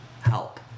help